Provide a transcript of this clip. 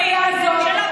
תפסיקו.